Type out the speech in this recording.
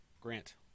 Grant